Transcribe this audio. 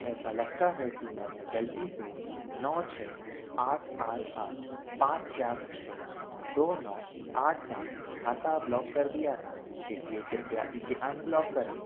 ऐसा लगता है कि मैंने गलती से नव छः आठ आठ आठ पाँच चार छः दो नौ आठ सात खाता ब्लॉक कर दिया है इसलिए कृपया इसे अनब्लॉक करें